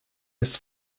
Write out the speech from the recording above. his